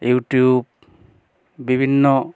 YouTube বিভিন্ন